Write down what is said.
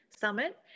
summit